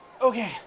Okay